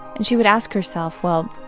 and she would ask herself, well,